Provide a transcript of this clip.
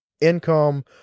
income